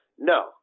No